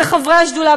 וחברי השדולה,